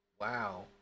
Wow